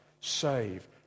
save